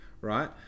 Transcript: right